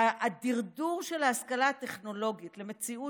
הדרדור של ההשכלה הטכנולוגית למציאות